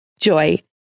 Joy